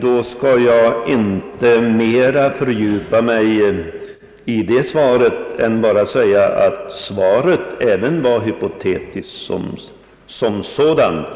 Då skall jag inte fördjupa mig mer i svaret än att säga att även svaret var hypotetiskt som sådant.